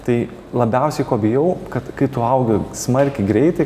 tai labiausiai bijau kad kai tu augi smarkiai greitai